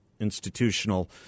institutional